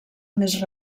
més